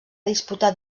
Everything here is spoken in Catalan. disputar